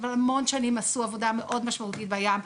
אבל המון שנים עשו עבודה מאוד משמעותית בים.